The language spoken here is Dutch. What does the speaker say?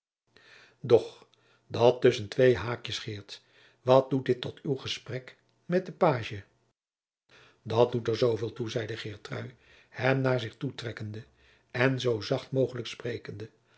doch dat tusschen twee haakjens geert wat doet dit tot uw gesprek met den pagie dat doet er zooveel toe zeide geertrui hem naar zich toetrekkende en zoo zacht mogelijk sprekende